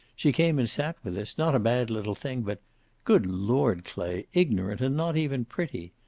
she came and sat with us, not a bad little thing, but good lord, clay, ignorant and not even pretty!